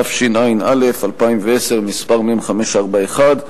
התשע"א 2010, מ/541: